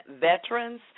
veterans